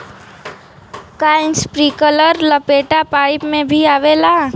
का इस्प्रिंकलर लपेटा पाइप में भी आवेला?